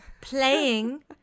playing